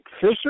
Fisher